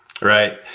Right